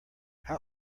how